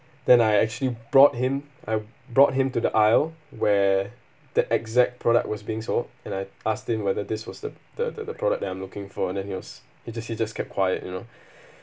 then I actually brought him I brought him to the aisle where the exact product was being sold and I asked him whether this was the the the the product that I'm looking for and then he was he just he just kept quiet you know